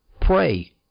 Pray